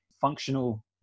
functional